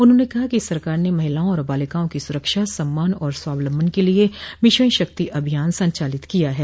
उन्होंने कहा कि सरकार ने महिलाओं और बालिकाओं की सुरक्षा सम्मान और स्वावलंबन के लिए मिशन शक्ति अभियान संचालित किया है